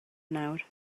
nawr